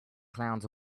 clowns